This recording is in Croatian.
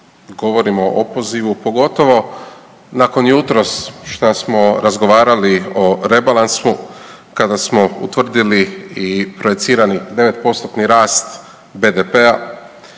govorimo o opozivu pogotovo nakon jutros šta smo razgovarali i o rebalansu kada smo utvrdili i projecirani 9%-tni rast BDP-a,